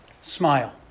Smile